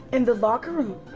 in the locker room.